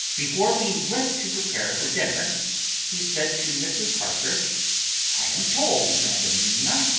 before we went to prepare for dinner he said to mrs. harker i am told, madam mina,